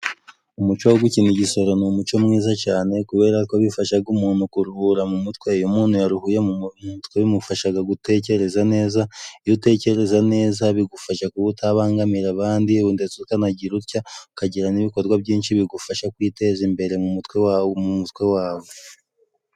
Umuco wo gukina igisoro ni umuco mwiza cyane kubera ko bifasha umuntu kuruhura mu mutwe . Iyo umuntu yaruhuye mu mutwe ,bimufasha gutekereza neza. Iyo utekereza neza, bigufasha kuba utabangamira abandi ndetse ukanagira utya ukagira n'ibikorwa byinshi bigufasha kwiteza imbere mu mutwe wawe .